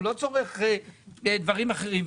הציבור החרדי לא צורך דברים אחרים.